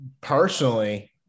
personally